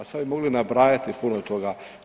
Sad bi mogli nabrajati puno toga.